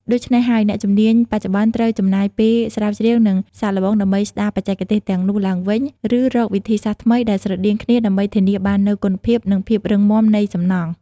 ដូច្នេះហើយ អ្នកជំនាញបច្ចុប្បន្នត្រូវចំណាយពេលស្រាវជ្រាវ និងសាកល្បងដើម្បីស្ដារបច្ចេកទេសទាំងនោះឡើងវិញ ឬរកវិធីសាស្រ្តថ្មីដែលស្រដៀងគ្នាដើម្បីធានាបាននូវគុណភាព និងភាពរឹងមាំនៃសំណង់។